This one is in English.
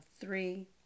three